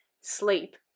sleep